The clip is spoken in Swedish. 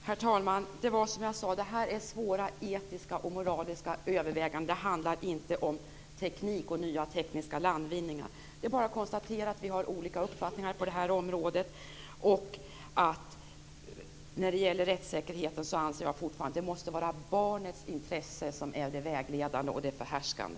Herr talman! Det var som jag sade. Det är svåra etiska och moraliska överväganden. Det handlar inte om nya tekniska landvinningar. Det är bara att konstatera att vi har olika uppfattningar på detta område. När det gäller rättssäkerheten anser jag fortfarande att barnets intresse måste vara det vägledande och förhärskande.